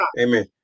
Amen